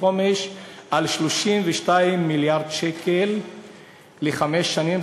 חומש על 32 מיליארד שקל לחמש שנים,